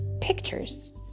pictures